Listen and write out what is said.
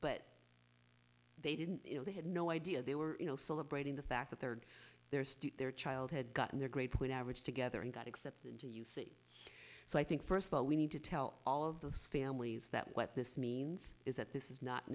but they didn't you know they had no idea they were celebrating the fact that their their state their child had gotten their grade point average together and got accepted so i think first of all we need to tell all of those families that what this means is that this is not